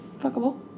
Fuckable